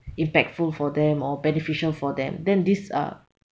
impactful for them or beneficial for them then these are